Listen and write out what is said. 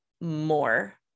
more